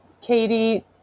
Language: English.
Katie